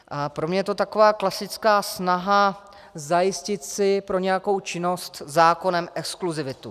A pro mě je to taková klasická snaha zajistit si pro nějakou činnost zákonem exkluzivitu.